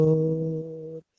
Lord